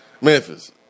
Memphis